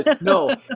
No